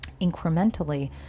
Incrementally